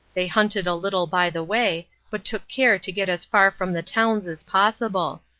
they hunted a little by the way, but took care to get as far from the towns as possible.